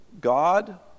God